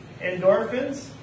Endorphins